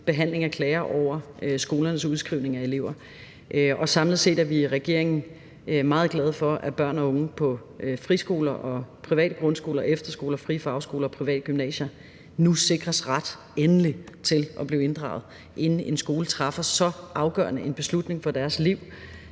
behandling af klager over skolernes udskrivning af elever. Samlet set er vi i regeringen meget glade for, at børn og unge på friskoler og private grundskoler og efterskoler, frie fagskoler og private gymnasier nu sikres ret, endelig, til at blive inddraget, inden en skole træffer så afgørende en beslutning for deres liv,